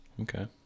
Okay